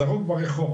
זרוק ברחוב,